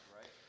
right